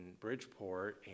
bridgeport